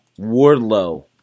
Wardlow